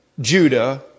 Judah